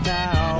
Now